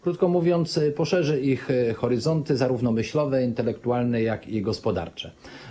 Krótko mówiąc, poszerzy ich horyzonty zarówno myślowe, intelektualne, jak i gospodarcze.